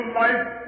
life